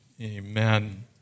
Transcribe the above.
amen